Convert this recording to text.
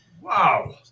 Wow